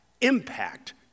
impact